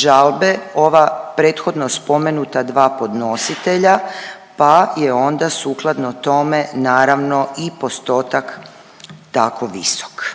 žalbe ova prethodno spomenuta dva podnositelja pa je onda sukladno tome, naravno i postotak tako visok.